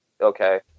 okay